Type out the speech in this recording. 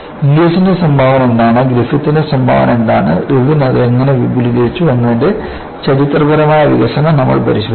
ഇംഗ്ലിസിന്റെ സംഭാവന എന്താണ് ഗ്രിഫിത്തിന്റെ സംഭാവന എന്താണ് ഇർവിൻ അത് എങ്ങനെ വിപുലീകരിച്ചു എന്നതിന്റെ ചരിത്രപരമായ വികസനം നമ്മൾ പരിശോധിച്ചു